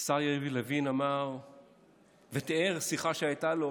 השר יריב לוין אמר ותיאר שיחה שהייתה לו